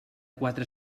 quatre